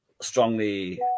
strongly